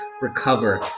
recover